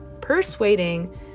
persuading